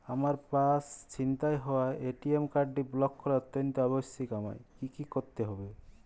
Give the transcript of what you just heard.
আমার পার্স ছিনতাই হওয়ায় এ.টি.এম কার্ডটি ব্লক করা অত্যন্ত আবশ্যিক আমায় কী কী করতে হবে?